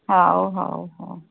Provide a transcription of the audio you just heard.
ହଉ ହଉ ହଉ